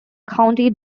county